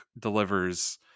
delivers